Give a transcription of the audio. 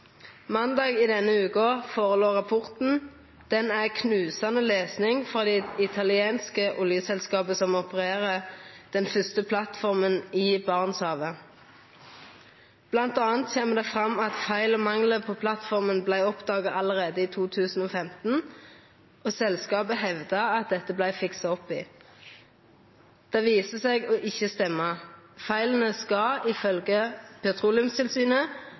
i denne veka låg rapporten føre. Den er knusande lesnad for det italienske oljeselskapet som opererer den første plattforma i Barentshavet. Blant anna kjem det fram at feil og manglar på plattforma vart oppdaga allereie i 2015, og at selskapet hevda at dette blei fiksa opp i. Det viser seg ikkje å stemma. Feila skal ifølgje Petroleumstilsynet